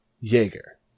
Jaeger